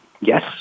yes